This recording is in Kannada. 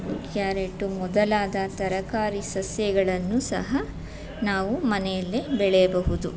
ಕ್ಯಾರೆಟು ಮೊದಲಾದ ತರಕಾರಿ ಸಸ್ಯಗಳನ್ನು ಸಹ ನಾವು ಮನೆಯಲ್ಲೇ ಬೆಳೆಯಬಹುದು